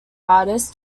artists